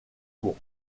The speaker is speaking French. cours